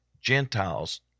Gentiles